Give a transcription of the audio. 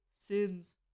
sins